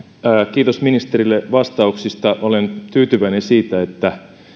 kiitos ministerille vastauksista olen tyytyväinen siitä että